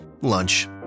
Lunch